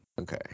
Okay